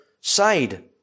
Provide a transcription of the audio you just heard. side